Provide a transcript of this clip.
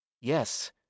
Yes